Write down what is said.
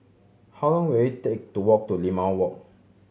how long will it take to walk to Limau Walk